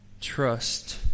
Trust